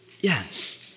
Yes